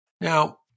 Now